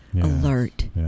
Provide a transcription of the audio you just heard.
alert